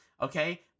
Okay